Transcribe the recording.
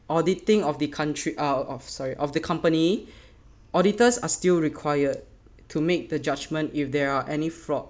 auditing of the country ah uh sorry of the company auditors are still required to make the judgment if there are any fraud